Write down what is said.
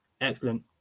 excellent